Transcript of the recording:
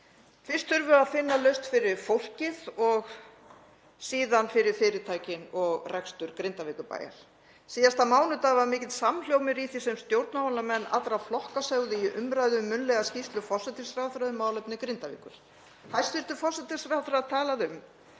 Fyrst þurfum við að finna lausn fyrir fólkið og síðan fyrir fyrirtækin og rekstur Grindavíkurbæjar. Síðasta mánudag var mikill samhljómur í því sem stjórnmálamenn allra flokka sögðu í umræðum um munnlega skýrslu forsætisráðherra um málefni Grindavíkur. Hæstv. forsætisráðherra talaði